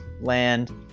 land